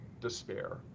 despair